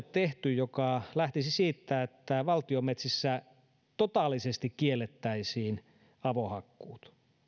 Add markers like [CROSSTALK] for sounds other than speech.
[UNINTELLIGIBLE] tehty kansalaisaloite joka lähtisi siitä että valtion metsissä totaalisesti kiellettäisiin avohakkuut